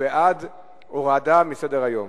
בעד הסרה מסדר-היום.